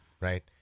right